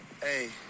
Hey